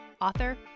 author